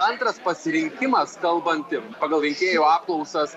antras pasirinkimas kalbantim pagal rinkėjų apklausos